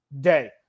day